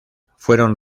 fueron